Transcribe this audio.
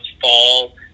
fall